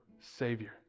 Savior